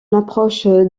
approche